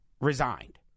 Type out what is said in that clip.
resigned